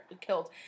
killed